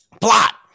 plot